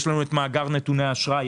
יש לנו את מאגר נתוני האשראי,